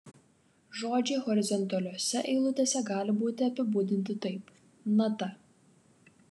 žodžiai horizontaliose eilutėse gali būti apibūdinti taip nata